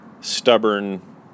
stubborn